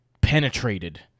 penetrated